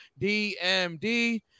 DMD